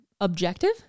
objective